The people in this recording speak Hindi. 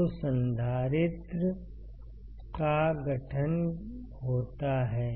तो संधारित्र का गठन होता है